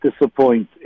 disappoint